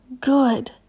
good